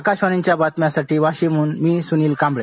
आकाशवाणीच्या बातम्यांसाठी वाशिमहन मी सुनील कांबळे